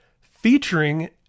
featuring